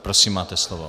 Prosím, máte slovo.